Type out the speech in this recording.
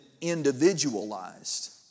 individualized